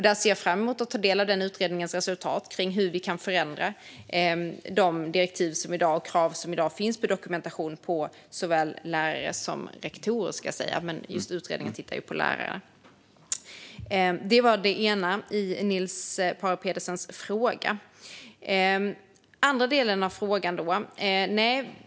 Jag ser fram emot att ta del av utredningens resultat när det gäller hur vi kan förändra de direktiv och krav på dokumentation som i dag finns för såväl lärare som rektorer. Utredningen tittar dock just på lärare. Det var den ena delen av Niels Paarup-Petersens fråga. Jag går vidare till den andra delen av frågan.